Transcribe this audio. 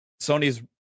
Sony's